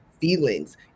feelings